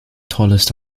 tallest